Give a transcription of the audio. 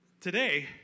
today